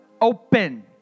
open